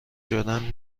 شدن